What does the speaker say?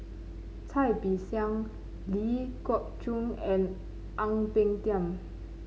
Cai Bixia Ling Geok Choon and Ang Peng Tiam